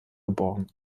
geboren